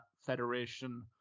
federation